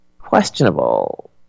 questionable